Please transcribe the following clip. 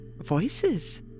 Voices